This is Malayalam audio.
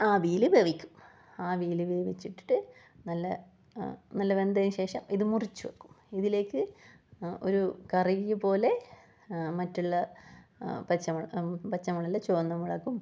ആവിയിൽ വേവിക്കും ആവിയിൽ വേവിച്ചിട്ടിട്ട് നല്ല നല്ല വെന്തതിന് ശേഷം ഇത് മുറിച്ചു ഇതിലേക്ക് ഒരു കറി പോലെ മറ്റുള്ള പച്ച മുള പച്ച മുളകല്ല ചുവന്ന മുളകും